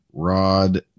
rod